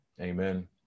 Amen